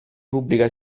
pubblica